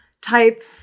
type